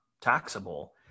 taxable